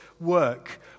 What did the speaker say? work